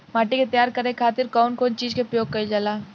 माटी के तैयार करे खातिर कउन कउन चीज के प्रयोग कइल जाला?